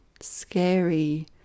scary